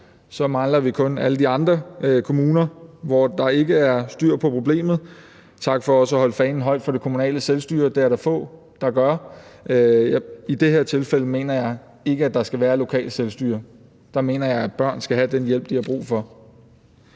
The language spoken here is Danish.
Så mangler vi kun alle de andre kommuner, hvor der ikke er styr på problemet. Tak for også at holde fanen højt for det kommunale selvstyre. Det er der få der gør. I det her tilfælde mener jeg ikke at der skal være lokalt selvstyre. Der mener jeg, at børn skal have den hjælp, de har brug for.